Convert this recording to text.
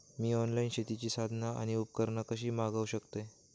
मी online शेतीची साधना आणि उपकरणा कशी मागव शकतय?